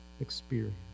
experience